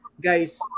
guys